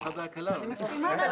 אני מסכימה,